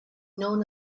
known